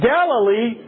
Galilee